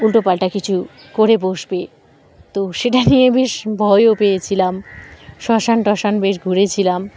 উল্টো পাল্টা কিছু করে বসবে তো সেটা নিয়ে বেশ ভয়ও পেয়েছিলাম শ্মশান টশান বেশ ঘুরেছিলাম